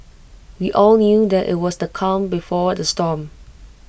we all knew that IT was the calm before the storm